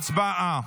הצבעה.